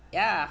ya